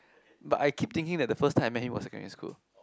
but I keep thinking that the first time I met him was secondary school